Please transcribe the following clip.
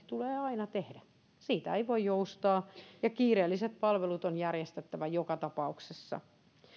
tulee aina tehdä siitä ei voi joustaa ja kiireelliset palvelut on järjestettävä joka tapauksessa